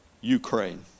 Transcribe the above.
Ukraine